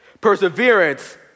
perseverance